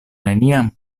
neniam